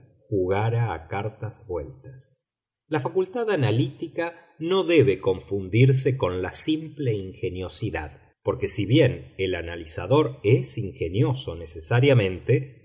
jugara a cartas vueltas la facultad analítica no debe confundirse con la simple ingeniosidad porque si bien el analizador es ingenioso necesariamente